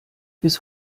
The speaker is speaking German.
bis